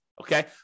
Okay